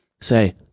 Say